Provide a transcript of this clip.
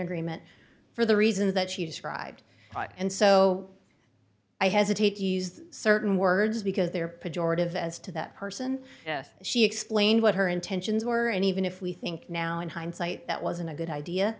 agreement for the reasons that she described and so i hesitate to use certain words because they are pejorative as to that person she explained what her intentions were and even if we think now in hindsight that wasn't a good idea